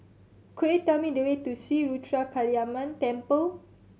could you tell me the way to Sri Ruthra Kaliamman Temple